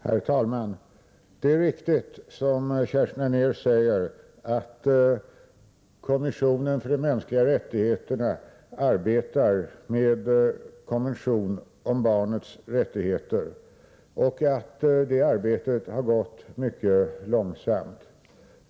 Herr talman! Det är riktigt som Kerstin Anér säger, att det arbete med en konvention om barnets rättigheter som bedrivs av kommissionen för de mänskliga rättigheterna har gått mycket långsamt.